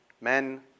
men